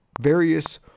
various-